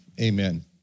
amen